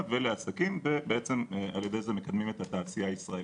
ולעסקים ובעצם על ידי זה מקדמים את התעשייה הישראלית.